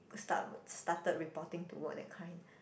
start started reporting to work that kind